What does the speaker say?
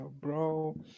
bro